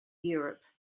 europe